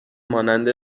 مانند